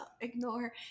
ignore